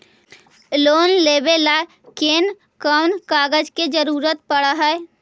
Loan लेबे ल कैन कौन कागज के जरुरत पड़ है?